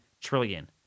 trillion